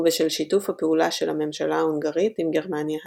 ובשל שיתוף הפעולה של הממשלה ההונגרית עם גרמניה הנאצית.